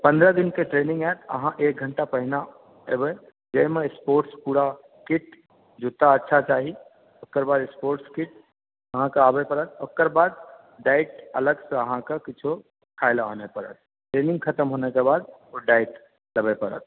पन्द्रह दिन के ट्रेनिंग होयत अहाँ एक घण्टा पहिने एबै जाहिमे स्पोर्ट्स पूरा किट जूता अच्छा चाही ओकरबाद स्पोर्ट्स किट अहाँके आबय परत ओकरबाद डाइट अहाँके अलग सँ किछो खाय ला आनय परत ट्रेनिंग खत्म भेला के बाद ओ डाइट लेबय परत